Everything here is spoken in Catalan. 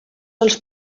els